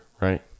right